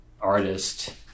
artist